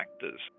factors